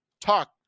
talk